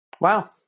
Wow